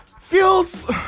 feels